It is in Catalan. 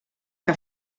que